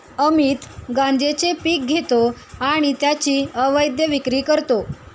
अमित गांजेचे पीक घेतो आणि त्याची अवैध विक्री करतो